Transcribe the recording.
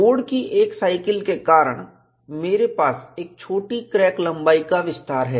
load की एक cycle के कारण मेरे पास एक छोटी क्रैक लंबाई का विस्तार है